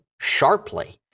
sharply